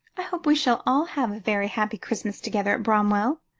i hope we shall all have a very happy christmas together at bramwell.